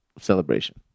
celebration